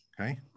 okay